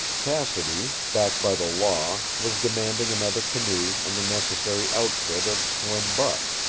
cassidy, backed by the law, was demanding another canoe and a necessary outfit of slim buck.